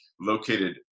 located